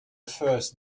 first